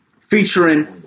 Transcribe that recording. featuring